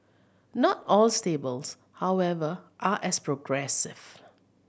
not all stables however are as progressive